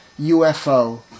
UFO